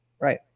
right